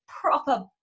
proper